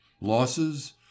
losses